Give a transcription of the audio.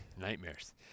Nightmares